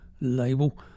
label